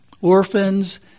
orphans